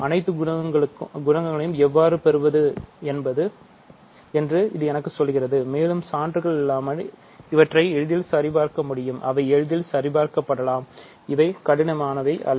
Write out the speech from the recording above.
அனைத்து குணகங்களையும் எவ்வாறு பெறுவது என்று இது எனக்குச் சொல்கிறது மேலும் சான்றுகள் இல்லாமல் இவற்றை எளிதில் சரிபார்க்க முடியும் அவை எளிதில் சரிபார்க்கப்படலாம் இவை கடினமானவை அல்ல